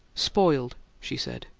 spoiled, she said.